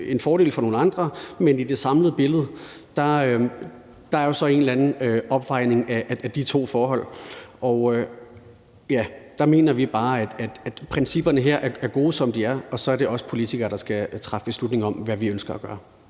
en fordel for nogle andre, men i det samlede billede er der jo så en eller en opvejning af de to forhold. Der mener vi bare, at principperne her er gode, som de er, og at så er det os politikere, der skal træffe beslutning om, hvad vi ønsker at gøre.